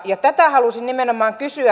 ja tätä halusin nimenomaan kysyä